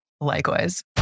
Likewise